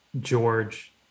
George